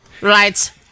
right